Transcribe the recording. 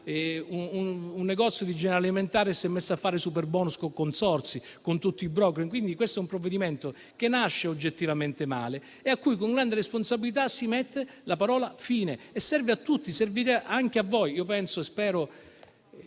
un negozio di generi alimentari e si sono messe a fare i superbonus con i consorzi, con tutti i *broker.* Questo, quindi, è un provvedimento che nasce oggettivamente male e a cui, con grande responsabilità, si mette la parola fine e questo serve a tutti, e servirà anche a voi. Io penso - spero